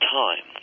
time